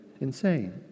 insane